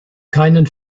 keinen